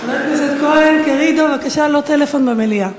חבר הכנסת כהן, בבקשה, לא בטלפון במליאה.